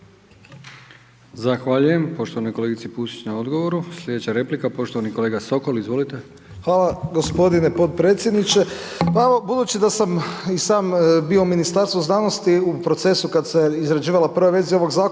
Zahvaljujem poštovanoj kolegici Pusić na odgovoru. Sljedeća replika poštovani kolega Sokol, izvolite. **Sokol, Tomislav (HDZ)** Hvala gospodine potpredsjedniče. Pa evo budući da sam i sam bio u Ministarstvu znanosti u procesu kad se izrađivala prva verzija ovog zakona